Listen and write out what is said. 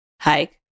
Hike